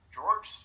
George